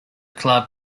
club